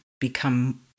become